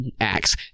Acts